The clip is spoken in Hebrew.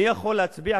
אני יכול להצביע,